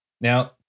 Now